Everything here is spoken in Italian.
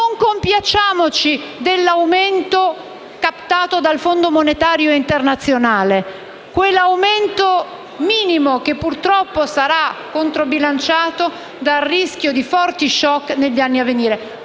Non compiacciamoci dell'aumento captato dal Fondo monetario internazionale: un aumento minimo che, purtroppo, sarà controbilanciato dal rischio di forti *shock* negli anni a venire.